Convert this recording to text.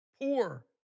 poor